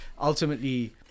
ultimately